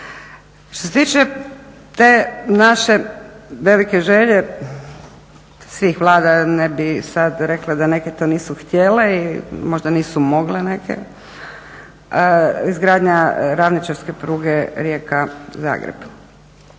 Što se tiče te naše velike želje svih Vlada, ne bih sada rekla da neke to nisu htjele, možda nisu mogle neke, izgradnja ravničarske pruge Rijeka-Zagreb.